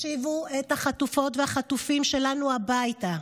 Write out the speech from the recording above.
השיבו את החטופות והחטופים שלנו הביתה.